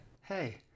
Hey